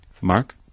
Mark